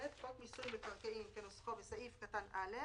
(ב) חוק מיסוי מקרקעין כנוסחו בסעיף קטן (א)